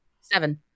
Seven